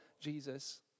Jesus